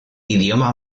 idioma